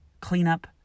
cleanup